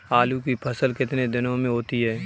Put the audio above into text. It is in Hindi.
आलू की फसल कितने दिनों में होती है?